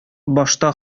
башта